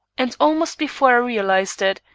and almost before i realized it,